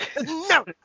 No